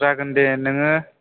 जागोन दे नोङो